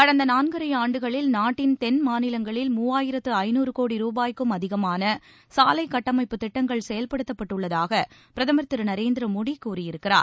கடந்த நான்கரை ஆண்டுகளில் நாட்டின் தெள் மாநிலங்களில் மூவாயிரத்து ஜநாறு கோடி ரூபாய்க்கும் அதிகமான சாலை கட்டமைப்புத் திட்டங்கள் செயல்படுத்தப்பட்டுள்ளதாக பிரதமர் திரு நரேந்திர மோடி கூறியிருக்கிறார்